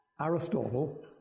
Aristotle